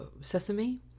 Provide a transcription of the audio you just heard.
Sesame